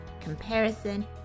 comparison